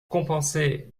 compenser